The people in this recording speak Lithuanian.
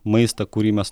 maistą kurį mes